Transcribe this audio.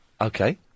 Okay